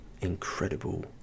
incredible